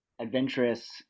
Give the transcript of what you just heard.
adventurous